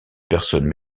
personnes